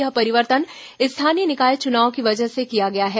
यह परिवर्तन स्थानीय निकाय चुनाव की वजह से किया गया है